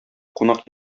кунак